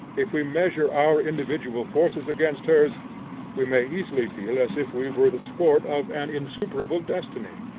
if we measure our individual forces against hers we may easily feel as if we were the sport of an insuperable destiny.